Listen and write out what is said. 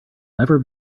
never